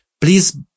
Please